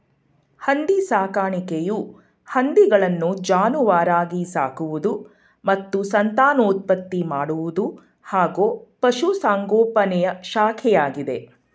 ಹಂದಿ ಸಾಕಾಣಿಕೆಯು ಹಂದಿಗಳನ್ನು ಜಾನುವಾರಾಗಿ ಸಾಕುವುದು ಮತ್ತು ಸಂತಾನೋತ್ಪತ್ತಿ ಮಾಡುವುದು ಹಾಗೂ ಪಶುಸಂಗೋಪನೆಯ ಶಾಖೆಯಾಗಿದೆ